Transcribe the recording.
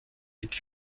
mit